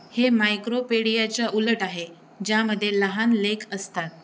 हे मायक्रोपेडियाच्या उलट आहे ज्यामध्ये लहान लेख असतात